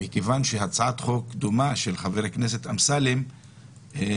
מכיוון שהצעת חוק דומה של חבר הכנסת אמסלם נפלה,